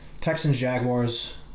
Texans-Jaguars